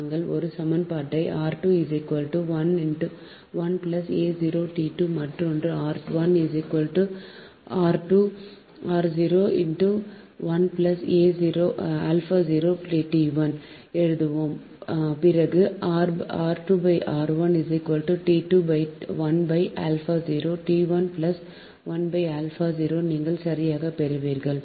நாங்கள் ஒரு சமன்பாட்டை மற்றொன்று எழுதுவோம் பிறகு நீங்கள் சரியாகப் பெறுவீர்கள்